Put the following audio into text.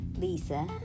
Lisa